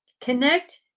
Connect